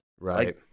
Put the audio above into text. right